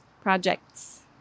Projects